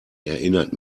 erinnert